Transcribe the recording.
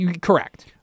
Correct